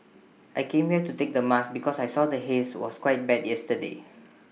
I came here to take the mask because I saw the haze was quite bad yesterday